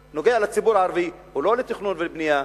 במה שנוגע בציבור הערבי הוא לא לתכנון ולבנייה,